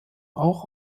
auch